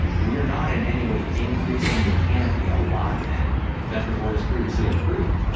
we're not in any way increasing the canopy allotment that the board has previously approved.